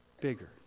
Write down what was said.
bigger